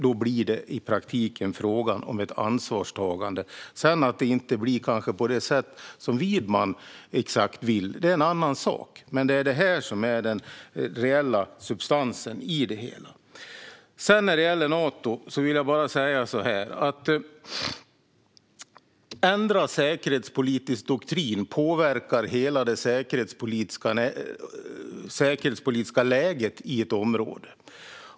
Då blir det i praktiken fråga om ett ansvarstagande. Att det sedan inte blir på exakt det sätt som Widman vill är en annan sak. Men det här är den reella substansen i det hela. När det gäller Nato vill jag bara säga att en ändrad säkerhetspolitisk doktrin påverkar hela det säkerhetspolitiska läget i ett område.